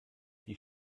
die